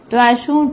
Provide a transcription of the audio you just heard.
તો આ શું છે